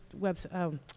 website